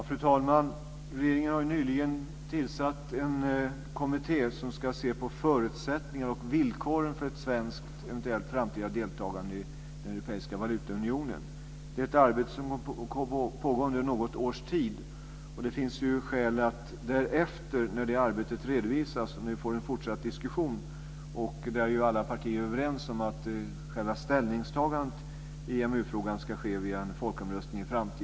Fru talman! Regeringen har nyligen tillsatt en kommitté som ska se på förutsättningar och villkor för ett eventuellt svenskt framtida deltagande i den europeiska valutaunionen. Det är ett arbete som kommer att pågå under något års tid. När det arbetet redovisas kommer vi att föra en fortsatt diskussion. Alla partier är överens om att själva ställningstagandet i EMU-frågan ska ske via en folkomröstning.